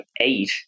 eight